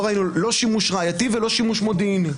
לא שימוש ראייתי ולא שימוש מודיעיני.